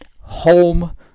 home